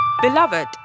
Beloved